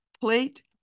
plate